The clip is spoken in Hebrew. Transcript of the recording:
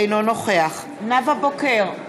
אינו נוכח נאוה בוקר,